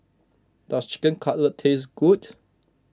does Chicken Cutlet taste good